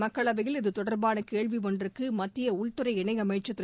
மக்களவையில் இதுதொடர்பான கேள்வி ஒன்றுக்கு மத்திய உள்துறை இணையமைச்ச் திரு